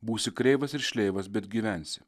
būsi kreivas ir šleivas bet gyvensi